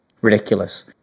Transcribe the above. ridiculous